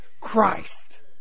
Christ